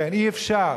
כן, אי-אפשר.